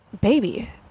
baby